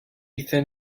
thin